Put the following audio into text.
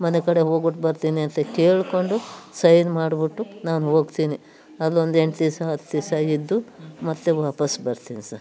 ಮನೆ ಕಡೆ ಹೋಗ್ಬಿಟ್ಟು ಬರ್ತೀನಿ ಅಂತ ಕೇಳಿಕೊಂಡು ಸೈನ್ ಮಾಡಿಬಿಟ್ಟು ನಾನು ಹೋಗ್ತೀನಿ ಅಲ್ಲೊಂದು ಎಂಟು ದಿವಸ ಹತ್ತು ದಿವಸ ಇದ್ದು ಮತ್ತೆ ವಾಪಸ್ಸು ಬರ್ತೀನಿ ಸರ್